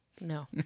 no